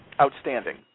Outstanding